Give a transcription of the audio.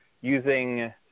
using